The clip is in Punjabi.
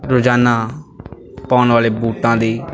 ਰੋਜ਼ਾਨਾ ਪਾਉਣ ਵਾਲੇ ਬੂਟਾਂ ਦੀ